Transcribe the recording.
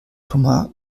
thomas